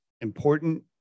important